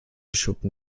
schuppen